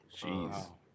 Jeez